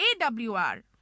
AWR